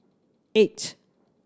eight